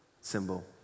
symbol